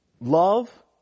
Love